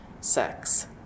sex